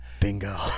Bingo